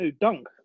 Dunk